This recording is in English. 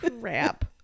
Crap